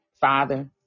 Father